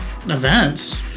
events